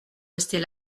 rester